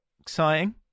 Exciting